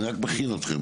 אני רק מכין אתכם,